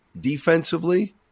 defensively